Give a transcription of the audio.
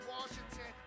Washington